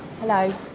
Hello